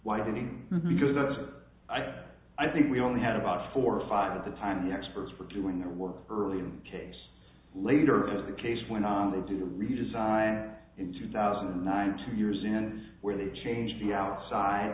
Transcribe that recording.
widening because i i think we only had about four or five of the time the experts for doing their work early in case later the case went on to do a redesign in two thousand and nine two years and where they changed the outside